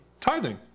tithing